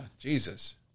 Jesus